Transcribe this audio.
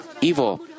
evil